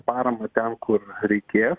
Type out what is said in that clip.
paramą ten kur reikės